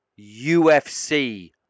UFC